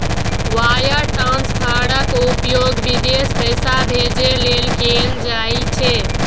wire ट्रांसफरक उपयोग विदेश पैसा भेजै लेल कैल जाइ छै